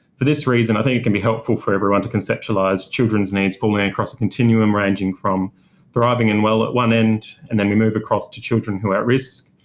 for this reason, i think it can be helpful for everyone to conceptualise children's needs forming across a continuum, ranging from thriving and well at one end, and then we move across to children who are at-risk,